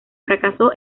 fracaso